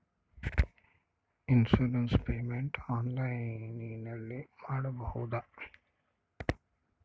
Insurance payment ಆನ್ಲೈನಿನಲ್ಲಿ ಮಾಡಬಹುದಾ?